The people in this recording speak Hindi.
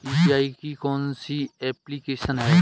यू.पी.आई की कौन कौन सी एप्लिकेशन हैं?